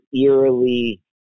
eerily